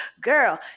Girl